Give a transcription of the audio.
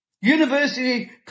University